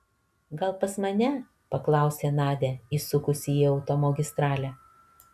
gal pas mane paklausė nadia įsukusi į automagistralę